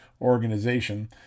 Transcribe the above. organization